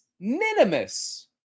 minimus